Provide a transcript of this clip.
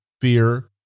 fear